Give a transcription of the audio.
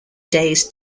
days